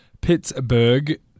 Pittsburgh